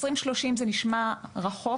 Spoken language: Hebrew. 2030 זה נשמע רחוק